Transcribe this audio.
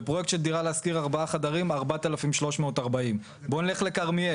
בפרויקט של דירה להשכיר ארבעה חדרים 4,340. בוא נלך לכרמיאל.